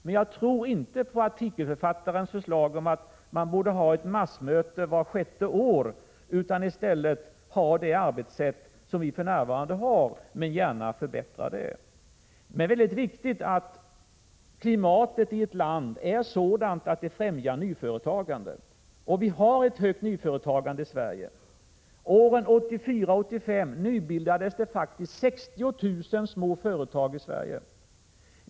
Men jag tror inte på artikelförfattarens förslag om ett massmöte vart sjätte år. I stället bör arbetet bedrivas som nu och kanske förbättras på olika sätt. Det är viktigt att klimatet i ett land är sådant att det främjar nyföretagande. Vi har också ett högt nyföretagande i Sverige. Åren 1984 och 1985 nybildades faktiskt 6 000 små företag i Sverige.